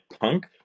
punk